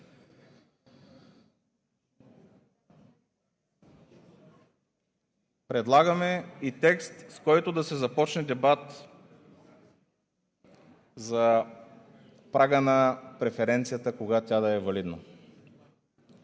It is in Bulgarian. Предлагаме и текст, с който да се започне дебат за прага на преференцията – кога тя да е валидна,